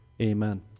Amen